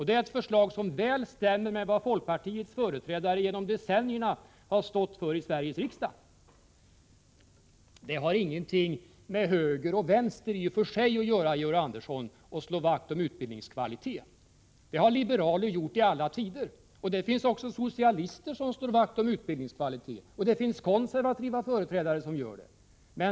Det är ett förslag som väl stämmer med vad folkpartiets företrädare genom decennierna har stått för i Sveriges riksdag. Det har ingenting med höger och vänster i och för sig att göra, Georg Andersson, att slå vakt om utbildningskvaliteten. Det har liberaler gjort i alla tider. Det finns också socialister som slår vakt om utbildningskvaliteten, liksom det finns konservativa som gör det.